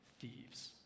thieves